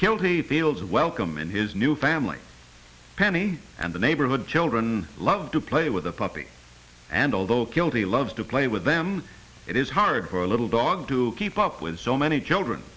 tails welcome in his new family penny and the neighborhood children love to play with the puppy and although guilty loves to play with them it is hard for a little dog to keep up with so many children